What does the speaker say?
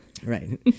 Right